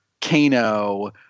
Kano